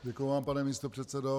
Děkuji vám, pane místopředsedo.